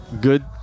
good